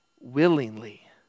willingly